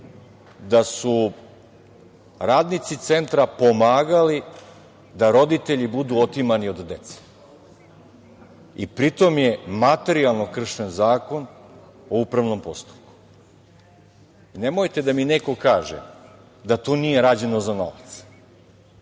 da su radnici Centra pomagali da roditelji budu otimani od dece i pri tome je materijalno kršen Zakon o upravnom postupku. Nemojte da mi neko kaže da to nije rađeno za novac.